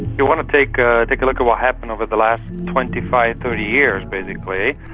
you want to take ah take a look at what happened over the last twenty five, thirty years basically,